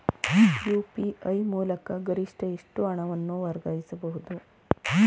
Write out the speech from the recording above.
UPI ಮೂಲಕ ಗರಿಷ್ಠ ಎಷ್ಟು ಹಣವನ್ನು ವರ್ಗಾಯಿಸಬಹುದು?